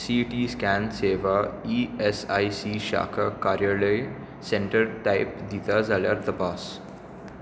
city scan सेवा E S I C शाखा कार्यालय सेंटर टायप दिता जाल्यार तपास